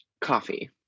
Coffee